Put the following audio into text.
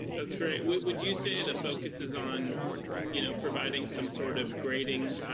that's great. would would you say the focus is on you know providing some sort of grading